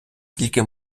тільки